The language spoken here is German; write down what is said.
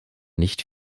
nicht